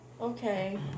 Okay